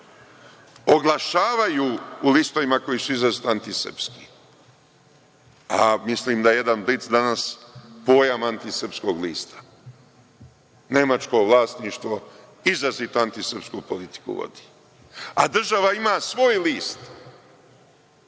oglašavaju u listovima koji su izrazito antisrpski. Mislim da jedan „Blic“ danas, pojam antisrpskog lista. Nemačko vlasništvo, izrazito antisrpsku politiku vodi, a država ima svoj list,